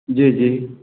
जी जी